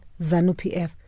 ZANU-PF